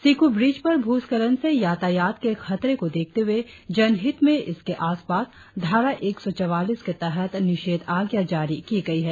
Siku bridge पर भूस्खलन से यातायात के खतरे को देखते हुए जनहित में इसके आसपास धारा एक सौ चौवालीस के तहत निषेधाज्ञा जारी की गई है